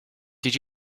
did